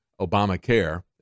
Obamacare